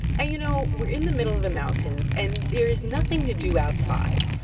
and you know, we're in the middle of the mountains, and there is nothing to do outside.